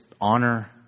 Honor